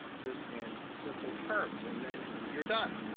just in simple terms. and then you're done.